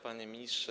Panie Ministrze!